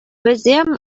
вӗсем